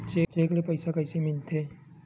Cheque ले पईसा कइसे मिलथे?